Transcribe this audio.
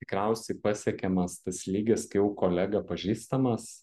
tikriausiai pasiekiamas tas lygis kai jau kolega pažįstamas